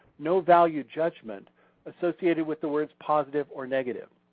no value judgment associated with the words positive or negative.